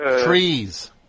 Trees